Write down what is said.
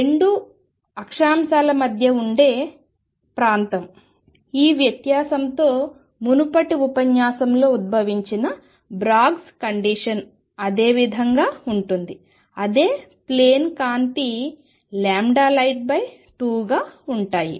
రెండు ప్లేన్ అక్షంశాల మధ్య ఉండే ప్రాంతం ల మధ్య ఈ వ్యత్యాసంతో మునుపటి ఉపన్యాసంలో ఉద్భవించిన బ్రాగ్స్ కండిషన్ అదే విధంగా ఉంటుంది అదే ప్లేన్ కాంతి light2 గా ఉంటాయి